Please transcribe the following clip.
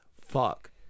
fuck